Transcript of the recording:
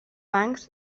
banks